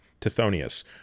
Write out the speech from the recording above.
Tithonius